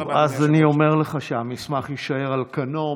טוב, אז אני אומר לך שהמסמך יישאר על כנו.